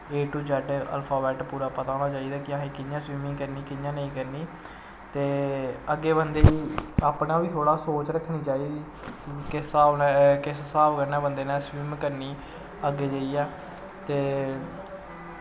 A to Z alphabet पूरा पता होना चाही दा कि असें कियां स्विमिंग करनी कियां नेंई करनी ते अग्गें बंदे गी अपना बी बंदे गी सोच रक्खनी चाही दी किस हिसाब कन्नै बंदे नै सविमिंग करनी अग्गे जाईयै ते